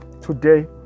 today